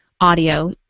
audio